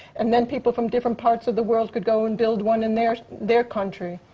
and then, people from different parts of the world could go and build one in their their country.